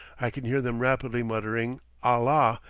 i can hear them rapidly muttering allah.